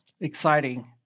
exciting